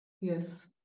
Yes